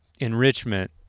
enrichment